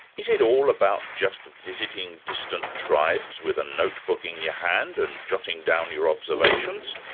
is it all about just visiting distant tribes with a notebook in your hand and jotting down your observations?